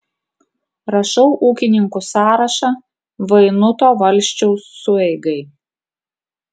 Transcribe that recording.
rašau ūkininkų sąrašą vainuto valsčiaus sueigai